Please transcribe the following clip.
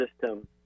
system